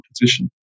position